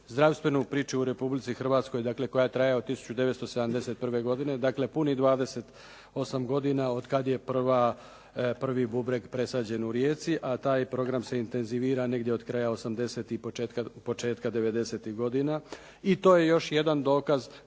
zdravstvenu priču o Republici Hrvatskoj dakle koja traje od 1971. godine, dakle punih 28 godina od kad je prvi bubreg presađen u Rijeci a taj program se intenzivira negdje od kraja 80-tih i početka 90-tih godina i to je još jedan dokaz